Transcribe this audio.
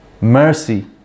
mercy